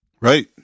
right